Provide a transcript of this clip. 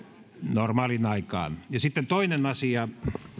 normaaliin aikaan ja sitten toinen asia